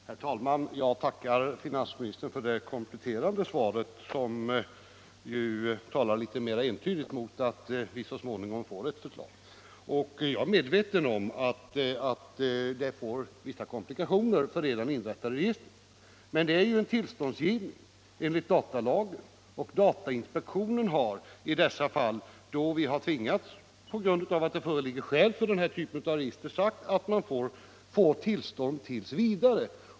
Herr talman! Jag tackar finansministern för det kompletterande svaret, som ju litet mera entydigt pekar mot att vi så småningom får ett förslag. Jag är medveten om att det blir vissa komplikationer för redan inrättade register, men det gäller ju en tillståndsgivning enligt datalagen. Från datainspektionens sida har vi, då vi tvingats ta ställning i sådana här fall på grund av att det föreligger skäl för denna typ av register, sagt att man får tillstånd t. v.